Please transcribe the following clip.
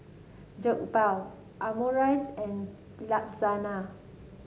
Jokbal Omurice and Lasagna